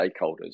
stakeholders